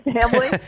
family